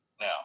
Now